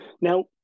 Now